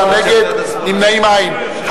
31 בעד, 57 נגד, נמנעים, אין.